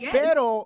pero